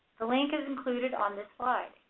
the link is included on this slide.